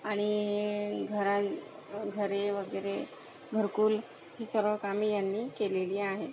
आणि घरां घरे वगैरे घरकुल ही सर्व कामे यांनी केलेली आहेत